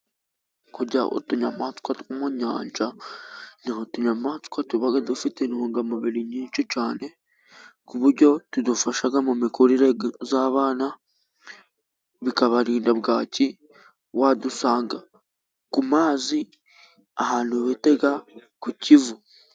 Kurya utunyamaswa two mu nyanja, ni utunyamaswa tuba dufite intungamubiri nyinshi cyane, ku buryo tudufasha mu mikurire y'abana, bikabarinda bwaki, wadusanga ku mazi ahantu bita ku Kivu.